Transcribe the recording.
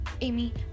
Amy